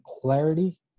clarity